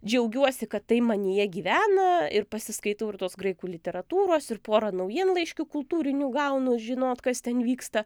džiaugiuosi kad tai manyje gyvena ir pasiskaitau ir tos graikų literatūros ir pora naujienlaiškių kultūrinių gaunu žinot kas ten vyksta